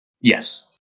Yes